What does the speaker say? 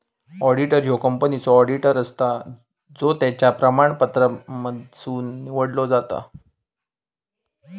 auditor ह्यो कंपनीचो auditor असता जो त्याच्या प्रमाणपत्रांमधसुन निवडलो जाता